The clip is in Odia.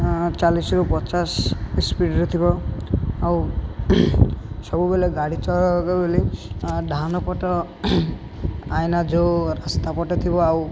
ଚାଳିଶରୁ ପଚାଶ ସ୍ପିଡ଼୍ରେ ଥିବ ଆଉ ସବୁବେଳେ ଗାଡ଼ି ଚଲାଇବାକୁ ବୋଲି ଡାହାଣ ପଟ ଆଇନା ଯେଉଁ ରାସ୍ତା ପଟେ ଥିବ ଆଉ